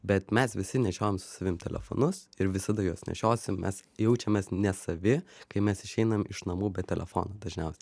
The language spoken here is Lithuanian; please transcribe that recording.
bet mes visi nešiojam su savim telefonus ir visada juos nešiosim mes jaučiamės nesavi kai mes išeinam iš namų be telefono dažniausiai